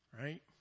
Right